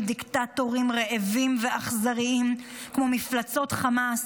דיקטטורים רעבים ואכזריים כמו מפלצות חמאס,